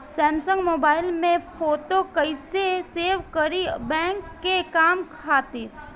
Samsung mobile में photo कैसे save करीं बैंक के काम खातिर?